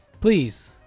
please